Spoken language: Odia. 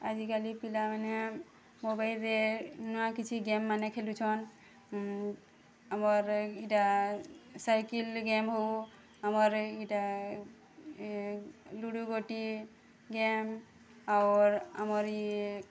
ଆଜିକାଲି ପିଲାମାନେ ମୋବାଇଲ୍ରେ ନୂଆ କିଛି ଗେମ୍ମାନେ ଖେଲୂୁଛନ୍ ଆମର୍ ଇଟା ସାଇକେଲ୍ ଗେମ୍ ହଉ ଆମର୍ ଇଟା ଲୁଡ଼ୁ ଗୋଟି ଗେମ୍ ଔର୍ ଆମର୍ ଇଏ